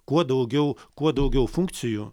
kuo daugiau kuo daugiau funkcijų